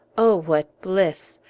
oh, what bliss!